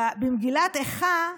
במגילת איכה,